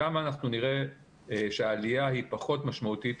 שם אנחנו נראה שהעלייה היא פחות משמעותית